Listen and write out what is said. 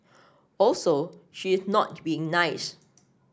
also she is not being nice